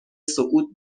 صعود